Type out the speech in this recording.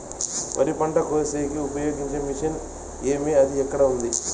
వరి పంట కోసేకి ఉపయోగించే మిషన్ ఏమి అది ఎక్కడ ఉంది?